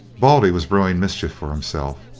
baldy was brewing mischief for himself,